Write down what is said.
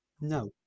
No